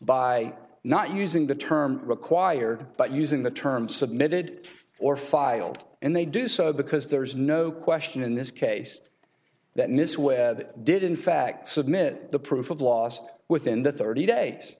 by not using the term required but using the term submitted or filed and they do so because there is no question in this case that miss webb did in fact submit the proof of lost within the thirty day